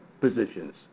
positions